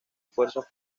esfuerzos